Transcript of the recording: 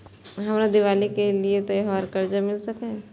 हमरा दिवाली के लिये त्योहार कर्जा मिल सकय?